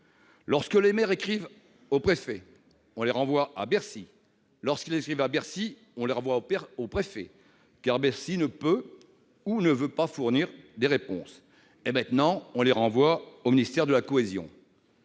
Lorsque les maires écrivent au préfet, on les renvoie à Bercy. Lorsqu'ils écrivent à Bercy, on les renvoie au préfet, car Bercy ne peut ou ne veut pas fournir de réponse. Et maintenant on les renvoie au ministère de la cohésion